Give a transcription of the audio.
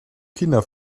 kinder